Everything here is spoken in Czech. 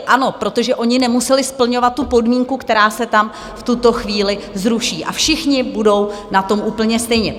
Ano, protože oni nemuseli splňovat tu podmínku, která se tam v tuto chvíli zruší, a všichni na tom budou úplně stejně.